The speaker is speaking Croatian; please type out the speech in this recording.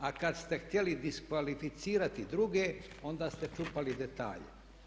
A kad ste htjeli diskvalificirati druge onda ste čupali detalje.